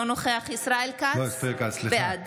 נוכח ישראל כץ, בעד